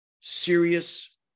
serious